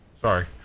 Sorry